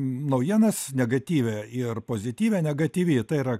naujienas negatyvią ir pozityvią negatyvi tai yra